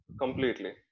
completely